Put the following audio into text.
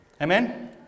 Amen